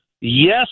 Yes